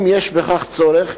אם יש בכך צורך,